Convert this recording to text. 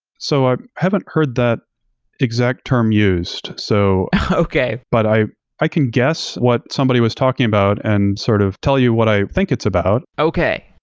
so i haven't heard that exact term used, so but i i can guess what somebody was talking about and sort of tell you what i think it's about. okay.